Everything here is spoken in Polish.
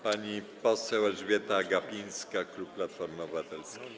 Pani poseł Elżbieta Gapińska, klub Platformy Obywatelskiej.